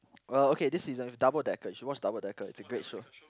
uh okay this season double-decker you should watch double-decker it's a great show